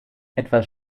etwas